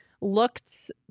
looked